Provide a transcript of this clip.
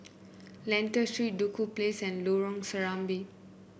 Lentor Street Duku Place and Lorong Serambi